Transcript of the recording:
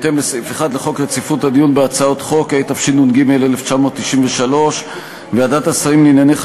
לפי חוק יסודות התקציב, החליטה ועדת הכנסת